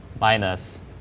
minus